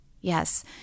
yes